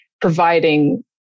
providing